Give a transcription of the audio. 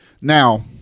Now